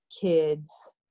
kids